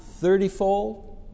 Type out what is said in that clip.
thirtyfold